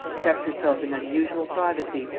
kept herself in unusual privacy,